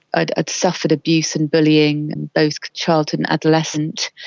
ah had suffered abuse and bullying in both childhood and adolescence.